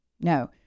No